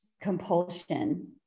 compulsion